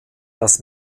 das